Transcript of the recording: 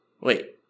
Wait